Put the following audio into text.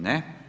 Ne.